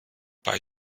bei